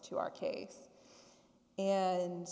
to our case and